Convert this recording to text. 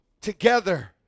together